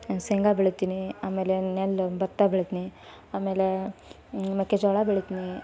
ಶೇಂಗ ಬೆಳಿತೀನಿ ಆಮೇಲೆ ನೆಲ್ಲು ಭತ್ತ ಬೆಳಿತೀನಿ ಆಮೇಲೆ ಮೆಕ್ಕೆ ಜೋಳ ಬೆಳಿತೀನಿ